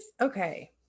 okay